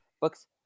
books